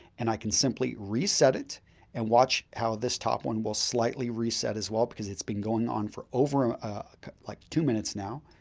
and i can simply reset it and watch how this top one will slightly reset as well because it's been going on for over ah ah like two minutes now.